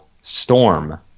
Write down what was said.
Storm